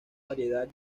variedad